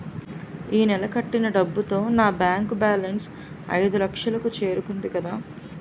ఈ నెల కట్టిన డబ్బుతో నా బ్యాంకు బేలన్స్ ఐదులక్షలు కు చేరుకుంది కదా